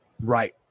Right